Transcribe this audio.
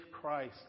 Christ